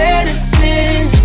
Medicine